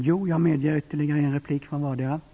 Jag medger ytterligare en replik till vardera talaren.